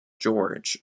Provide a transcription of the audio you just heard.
george